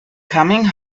coming